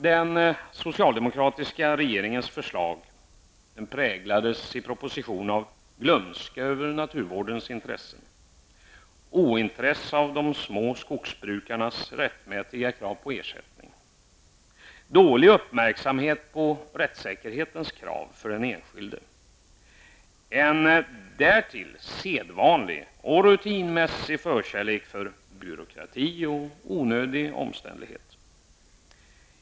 Den socialdemokratiska regeringens förslag präglades i propositionen av glömska beträffande naturvårdens intressen, ointresse av de små skogsbrukarnas rättmätiga krav på ersättning, dålig uppmärksamhet på rättssäkerhetens krav för den enskilde och därtill en sedvanlig och rutinmässig förkärlek för byråkrati och onödig omständlighet.